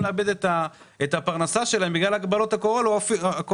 לאבד את הפרנסה שלהם בגלל הגבלות הקורונה?